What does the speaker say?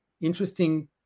interesting